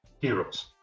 Heroes